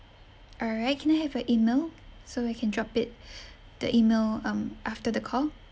all right can I have your email so I can drop it the email um after the call